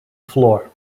floor